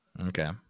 Okay